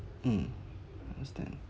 mm I understand